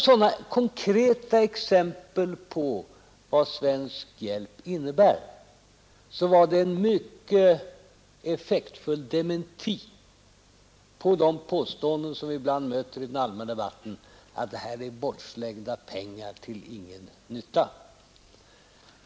Sådana konkreta exempel på vad svensk hjälp innebär var en mycket effektfull dementi på de påståenden som vi ibland möter i den allmänna debatten om att det här är pengar bortslängda till ingen nytta.